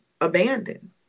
abandoned